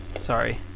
Sorry